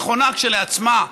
נכונה כשלעצמה,